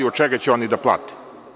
Od čega će oni da plate?